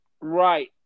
Right